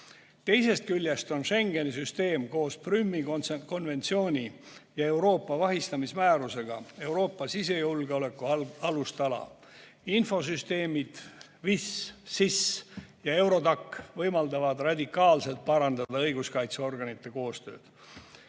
Teisest küljest on Schengeni süsteem koos Prümi konventsiooni ja Euroopa vahistamismäärusega Euroopa sisejulgeoleku alustala. Infosüsteemid VIS, SIS ja Eurodac võimaldavad radikaalselt parandada õiguskaitseorganite koostööd.